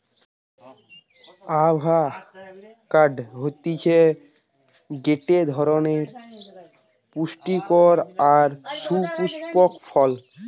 avocado হতিছে গটে ধরণের পুস্টিকর আর সুপুস্পক ফল